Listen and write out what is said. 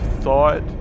thought